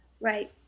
Right